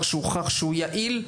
הוכח כי זהו דבר יעיל,